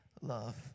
love